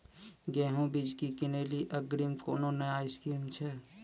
गेहूँ बीज की किनैली अग्रिम कोनो नया स्कीम छ?